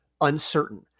uncertain